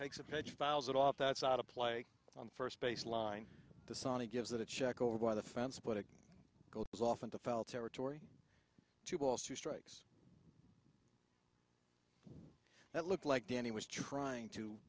takes a pitch files it off that's not a play on first base line the saudi gives it a check over by the fence but it goes off into fell territory two balls to strikes that looked like danny was trying to